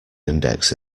index